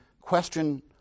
question